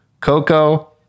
Coco